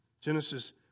Genesis